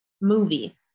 Movie